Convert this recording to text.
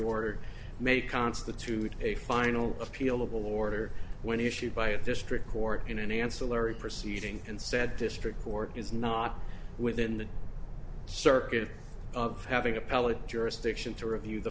ordered may constitute a final appealable order when issued by a district court in an ancillary proceeding and said district court is not within the circuit of having appellate jurisdiction to review the